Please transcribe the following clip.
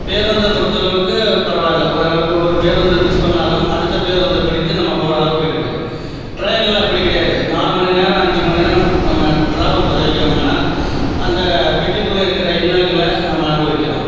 பேருந்து பொறுத்த அளவுக்கு பரவாயில்லை ஓரளவுக்கு ஒரு பேருந்து மிஸ் பண்ணாலும் அடுத்த பேருந்தை பிடித்து நம்ம போகிறளவுக்கு இருக்கு ட்ரெயினில் அப்படி கிடையாது நாலு மணி நேரம் அஞ்சு மணி நேரம் நம்ம ட்ராவல் செய்கிறோம்ன்னா அந்த பெட்டிக்குள்ள இருக்கிற இன்னல்களை நம்ம அனுபவிக்கிறோம்